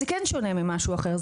אז זה כן שונה ממשהו אחר,